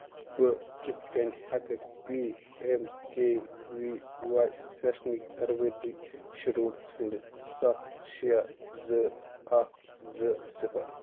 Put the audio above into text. بہٕ کِتھ کٔنۍ ہؠکہٕ P M K V Y سیشنکٕۍ تربٲتی شیڈول ژھانڈتھ سَتھ شےٚ زٕ اَکھ زٕ صِفَر